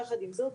יחד עם זאת,